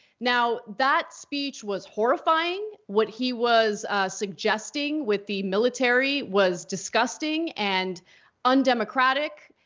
now that speech was horrifying. what he was suggesting with the military was disgusting and undemocratic.